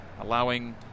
allowing